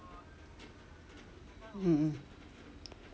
mm